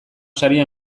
saria